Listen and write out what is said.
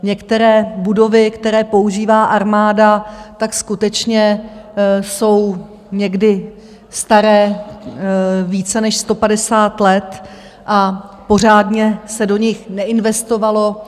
Některé budovy, které používá armáda, skutečně jsou někdy staré více než 150 let a pořádně se do nich neinvestovalo.